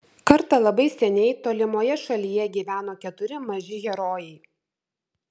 kartą labai seniai tolimoje šalyje gyveno keturi maži herojai